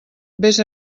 vés